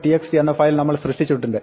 txt എന്ന file നമ്മൾ സൃഷ്ടിച്ചിട്ടുണ്ട്